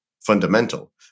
fundamental